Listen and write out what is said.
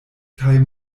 kaj